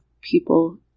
people